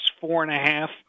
four-and-a-half